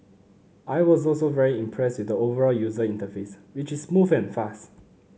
I was also very impressed with the overall user interface which is smooth and fast